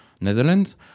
Netherlands